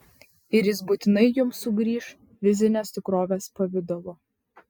ir jis būtinai jums sugrįš fizinės tikrovės pavidalu